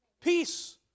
Peace